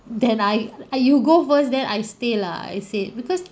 then I ah you go first then I stay lah I said because